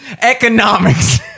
Economics